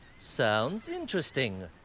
sounds interesting.